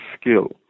skill